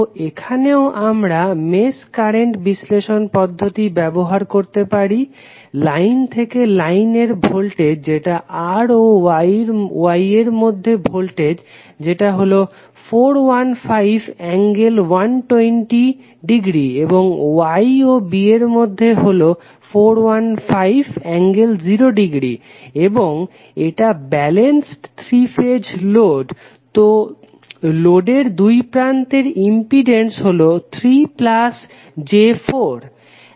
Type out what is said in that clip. তো এখানেও আমরা মেশ কারেন্ট বিশ্লেষণ পদ্ধতি ব্যবহার করতে পারি লাইন থেকে লাইন এর ভোল্টেজ যেটা R ও Y এর মধ্যে ভোল্টেজ যেটা হলো 415∠120 এবং Y ও B এর মধ্যে হলো 415∠0 এবং এটা ব্যালেন্সেড 3 ফেজ লোড তো লোডের দুই প্রান্তের ইম্পিডেন্স হলো 3 j4